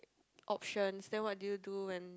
options then what did you do when